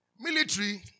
military